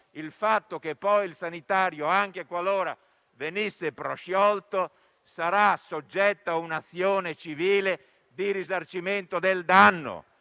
il fatto che il sanitario, anche qualora venisse prosciolto, sarà comunque soggetto a un azione civile di risarcimento del danno.